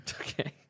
Okay